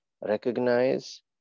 recognize